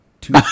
two